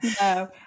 No